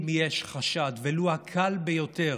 אם יש חשד ולו הקל ביותר